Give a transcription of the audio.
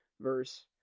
verse